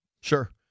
Sure